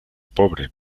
pobre